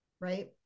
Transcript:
right